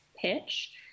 pitch